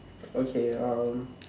okay um